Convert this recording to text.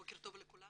בוקר טוב לכולם.